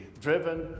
driven